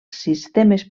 sistemes